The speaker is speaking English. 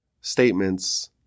statements